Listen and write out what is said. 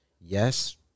Yes